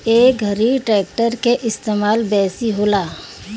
ए घरी ट्रेक्टर के इस्तेमाल बेसी होला